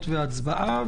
והצבעה,